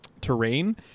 terrain